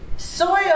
Soil